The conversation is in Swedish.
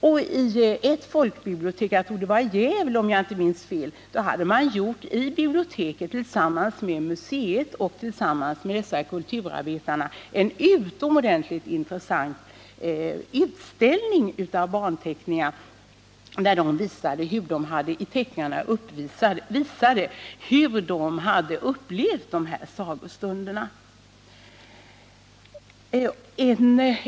I ett folkbibliotek, jag tror det var i Gävle, hade biblioteket tillsammans med museet och kulturarbetare gjort en utomordentligt intressant utställning av barnteckningar. Barnen visade i teckningarna hur de hade upplevt sagostunderna.